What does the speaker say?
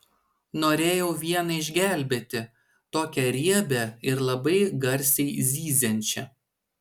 norėjau vieną išgelbėti tokią riebią ir labai garsiai zyziančią